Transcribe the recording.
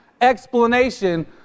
explanation